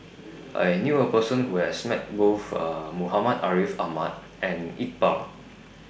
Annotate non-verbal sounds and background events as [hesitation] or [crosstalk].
I knew A Person Who has Met Both [hesitation] Muhammad Ariff Ahmad and Iqbal